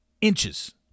inches